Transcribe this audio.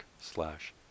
slash